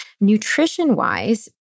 Nutrition-wise